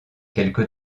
quelque